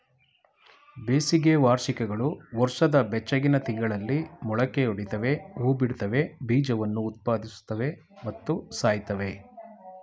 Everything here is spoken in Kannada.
ಬೇಸಿಗೆ ವಾರ್ಷಿಕಗಳು ವರ್ಷದ ಬೆಚ್ಚಗಿನ ತಿಂಗಳಲ್ಲಿ ಮೊಳಕೆಯೊಡಿತವೆ ಹೂಬಿಡ್ತವೆ ಬೀಜವನ್ನು ಉತ್ಪಾದಿಸುತ್ವೆ ಮತ್ತು ಸಾಯ್ತವೆ